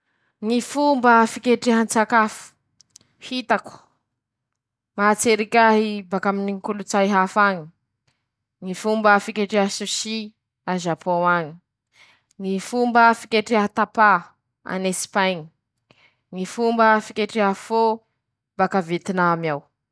Fomba ampifangaroako voamaina maro kokoa aminy ñy sakafoko :ataoko kelikely ñy vary, bakeo amizay ataoko maro ñy voamaina ajoboko ao, aharoko amizay rozy, na laha zaho ro miketriky voamaina amin-kena, ataoko maro ñy voamaina noho ñy hena.